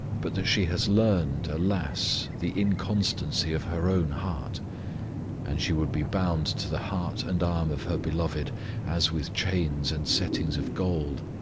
but that she has learned, alas! the inconstancy of her own heart and she would be bound to the heart and arm of her beloved as with chains and settings of gold,